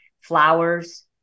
flowers